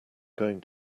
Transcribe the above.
going